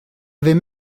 avait